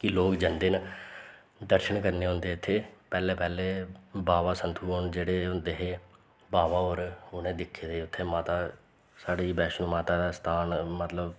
कि लोग जंदे न दर्शन करने गी औंदे इत्थें पैह्ले पैह्ले बाबा संत्थु होर जेह्ड़े होंदे हे बाबा होर उनें दिक्खे दे उत्थें माता साढ़ी वैशनो माता दा स्थान मतलब